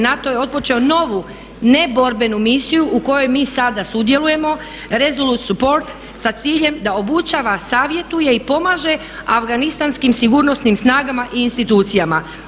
NATO je otpočeo novu ne borbenu misiju u kojoj mi sada sudjelujemo „Resolute support“ sa ciljem da obučava, savjetuje i pomaže afganistanskim sigurnosnim snagama i institucijama.